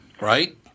right